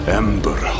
ember